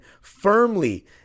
firmly